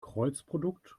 kreuzprodukt